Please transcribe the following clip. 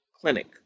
Clinic